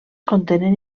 contenen